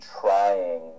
trying